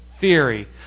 theory